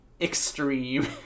extreme